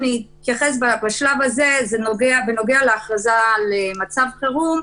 אני רוצה להתייחס למה שאמר נציג משרד המשפטים